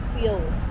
feel